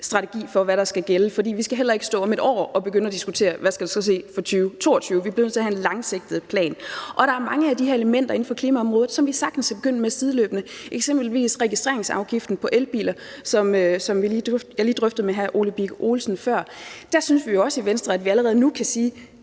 strategi for, hvad der skal gælde. For vi skal ikke først om et år begynde at diskutere, hvad der så skal ske for 2022. Vi bliver nødt til at have en langsigtet plan. Der er mange af de her elementer inden for klimaområdet, som vi sagtens kan begynde med sideløbende, eksempelvis registreringsafgiften på elbiler, som jeg drøftede med hr. Ole Birk Olesen lige før. Der synes vi i Venstre jo også, at vi allerede nu kan sige,